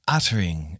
Uttering